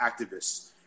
activists